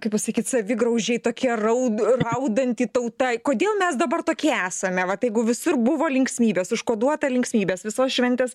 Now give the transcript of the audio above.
kaip pasakyt savigraužiai tokie raud raudanti tauta kodėl mes dabar tokie esame vat jeigu visur buvo linksmybės užkoduota linksmybės visos šventės